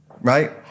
right